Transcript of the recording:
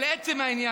לעצם העניין.